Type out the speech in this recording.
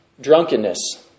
drunkenness